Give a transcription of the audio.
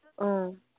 ꯑ